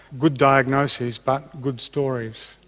good diagnoses, but good stories.